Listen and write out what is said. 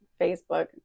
facebook